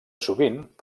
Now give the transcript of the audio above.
sovint